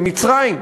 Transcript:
עם מצרים.